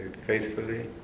faithfully